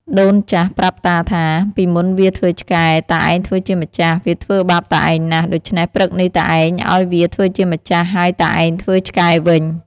ដូនចាស់ប្រាប់តាថា ពីមុនវាធ្វើឆ្កែ តាឯងធ្វើជាម្ចាស់ វាធ្វើបាបតាឯងណាស់ ដូច្នេះព្រឹកនេះតាឯងឱ្យវាធ្វើជាម្ចាស់ ហើយតាឯងធ្វើឆ្កែវិញ។